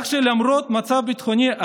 כך שלמרות המצב הביטחוני,